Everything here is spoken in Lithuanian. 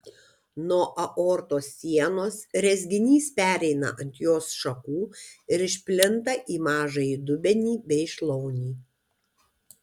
nuo aortos sienos rezginys pereina ant jos šakų ir išplinta į mažąjį dubenį bei šlaunį